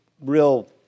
real